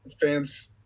fans